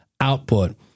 output